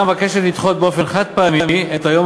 4). ההצעה מבקשת לדחות באופן חד-פעמי את היום